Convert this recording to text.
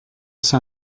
sais